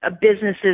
businesses